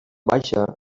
baixa